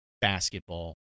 basketball